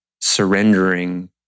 surrendering